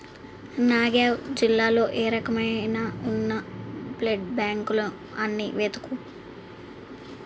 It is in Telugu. నాగావ్ జిల్లాలో ఏ రక్తమైన ఉన్న బ్లడ్ బ్యాంకులు అన్ని వెతుకు